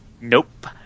Nope